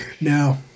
No